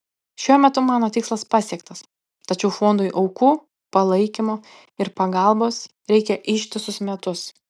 šiuo metu mano tikslas pasiektas tačiau fondui aukų palaikymo ir pagalbos reikia ištisus metus